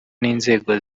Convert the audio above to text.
n’inzego